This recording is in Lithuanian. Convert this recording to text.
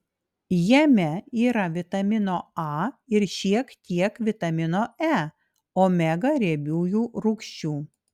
jame yra vitamino a ir šiek tiek vitamino e omega riebiųjų rūgščių